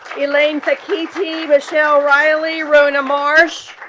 elaine's a ki t michelle, riley rone, a marsh